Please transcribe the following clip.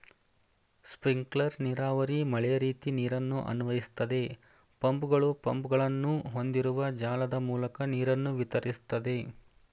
sprinkler ನೀರಾವರಿ ಮಳೆರೀತಿ ನೀರನ್ನು ಅನ್ವಯಿಸ್ತದೆ ಪಂಪ್ಗಳು ಪೈಪ್ಗಳನ್ನು ಹೊಂದಿರುವ ಜಾಲದ ಮೂಲಕ ನೀರನ್ನು ವಿತರಿಸ್ತದೆ